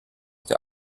der